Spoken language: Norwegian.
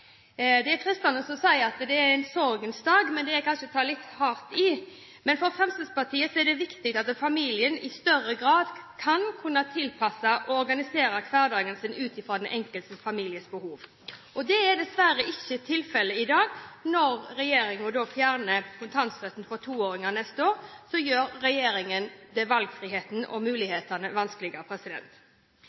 Det er fristende å si at det er en sorgens dag, men det er kanskje å ta litt hardt i. Men for Fremskrittspartiet er det viktig at familien i større grad skal kunne tilpasse og organisere hverdagen sin ut fra den enkelte families behov. Det er dessverre ikke tilfellet i dag. Når regjeringen fjerner kontantstøtten for toåringer neste år, gjør regjeringen det vanskeligere når det gjelder valgfrihet og mulighetene